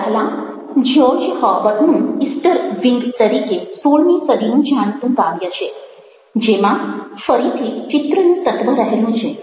સૌ પહેલાં George Herbert નું ઈસ્ટર વીંગ તરીકે સોળમી સદીનું જાણીતું કાવ્ય છે જેમાં ફરીથી ચિત્રનું તત્વ રહેલું છે